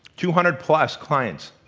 two hundred plus clients.